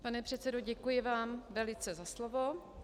Pane předsedo, děkuji vám velice za slovo.